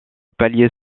palier